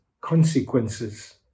consequences